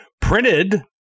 printed